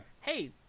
Hey